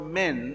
men